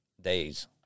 days